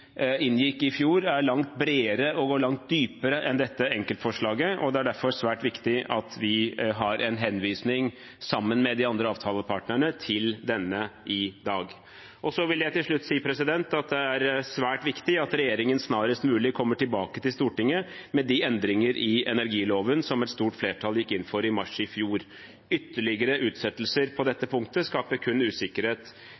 inngikk i fjor, er langt bredere og går langt dypere enn dette enkeltforslaget, og det er derfor svært viktig at vi har en henvisning sammen med de andre avtalepartnerne til denne i dag. Så vil jeg til slutt si at det er svært viktig at regjeringen snarest mulig kommer tilbake til Stortinget med de endringer i energiloven som et stort flertall gikk inn for i mars i fjor. Ytterligere utsettelser på